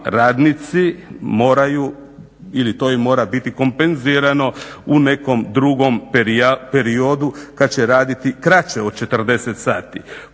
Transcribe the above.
radnici moraju ili to im mora biti kompenzirano u nekom drugom periodu kad će raditi kraće od 40 sati.